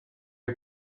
you